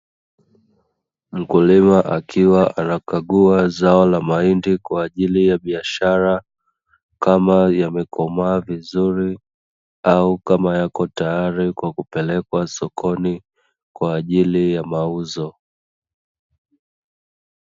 Mkulima akiwa anakagua zao la mahindi kwaajili ya biashara, kama yamekomaa vizuri au kama yako tayari kwa kupelekwa sokoni kwaajili ya mauzo.